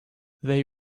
they